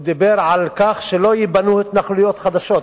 הוא דיבר על כך שלא ייבנו התנחלויות חדשות.